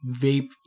vape